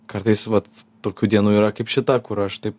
kartais vat tokių dienų yra kaip šita kur aš taip